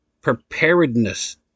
preparedness